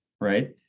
right